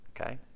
Okay